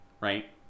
right